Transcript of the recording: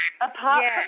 Apart